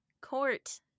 Court